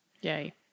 Yay